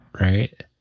Right